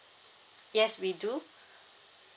yes we do